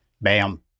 Bam